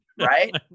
right